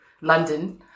London